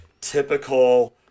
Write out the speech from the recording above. typical